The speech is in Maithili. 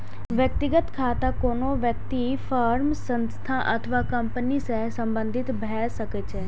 व्यक्तिगत खाता कोनो व्यक्ति, फर्म, संस्था अथवा कंपनी सं संबंधित भए सकै छै